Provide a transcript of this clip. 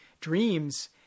dreams